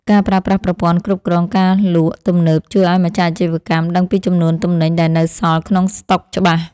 ការប្រើប្រាស់ប្រព័ន្ធគ្រប់គ្រងការលក់ទំនើបជួយឱ្យម្ចាស់អាជីវកម្មដឹងពីចំនួនទំនិញដែលនៅសល់ក្នុងស្តុកច្បាស់។